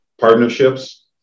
partnerships